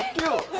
you